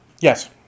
Yes